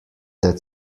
that